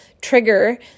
trigger